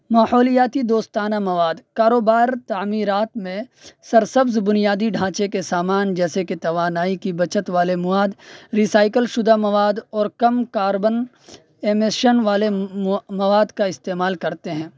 ماحولیاتی دوستانہ مواد کاروبار تعمیرات میں سرسبز بنیادی ڈھانچے کے سامان جیسے کہ توانائی کی بچت والے مواد رسائکل شدہ مواد اور کم کاربن ایمیشن والے مواد کا استعمال کرتے ہیں